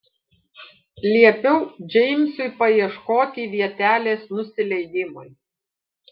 liepiau džeimsui paieškoti vietelės nusileidimui